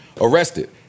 arrested